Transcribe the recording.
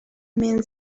mean